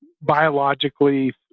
biologically